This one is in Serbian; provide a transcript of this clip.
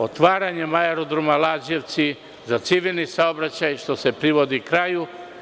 Otvaranjem Aerodroma „Lađevci“ za civilni saobraćaj se privodi kraju.